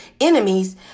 enemies